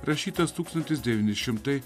rašytas tūkstantis devyni šimtai